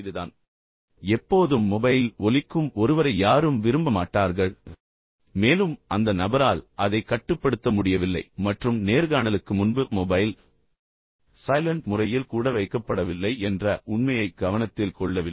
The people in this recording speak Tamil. எனவே உங்கள் நேர்காணலுக்கான மரண அடி என்று நீங்கள் கூறலாம் எனவே எப்போதும் மொபைல் ஒலிக்கும் ஒருவரை யாரும் விரும்ப மாட்டார்கள் மேலும் அந்த நபரால் அதைக் கட்டுப்படுத்த முடியவில்லை மற்றும் நேர்காணலுக்கு முன்பு மொபைல் சைலன்ட் முறையில் கூட வைக்கப்படவில்லை என்ற உண்மையை கவனத்தில் கொள்ளவில்லை